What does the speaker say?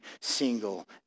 single